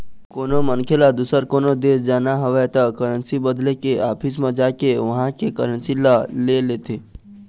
कोनो मनखे ल दुसर कोनो देश जाना हवय त करेंसी बदले के ऑफिस म जाके उहाँ के करेंसी ल ले लेथे